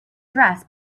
dress